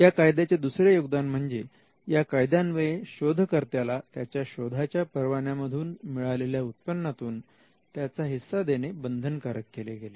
या कायद्याचे दुसरे योगदान म्हणजे या कायद्यान्वये शोधकर्त्याला त्याच्या शोधाच्या परवान्यांमधून मिळालेल्या उत्पन्नातून त्याचा हिस्सा देणे बंधनकारक केले गेले